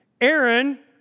Aaron